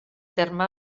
terme